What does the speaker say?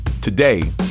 Today